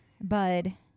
Bud